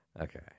Okay